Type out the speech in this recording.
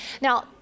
Now